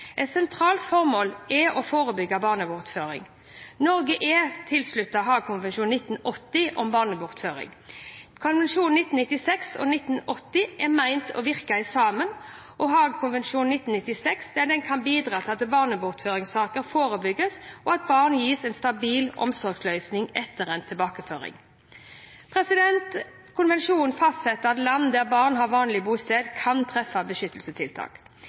Et sentralt formål er å forebygge barnebortføring. Norge er tilsluttet Haagkonvensjonen 1980 om barnebortføring. Konvensjonene 1996 og 1980 er ment å virke sammen. Haagkonvensjonen 1996 kan bidra til at barnebortføringssaker forebygges, og at barnet gis en stabil omsorgsløsning etter en tilbakeføring. Konvensjonen fastsetter at landet der barnet har vanlig bosted, kan treffe beskyttelsestiltak.